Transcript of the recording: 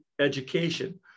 Education